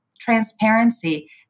transparency